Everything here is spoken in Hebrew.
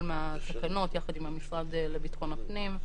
מהתקנות יחד עם המשרד לביטחון הפנים.